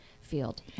field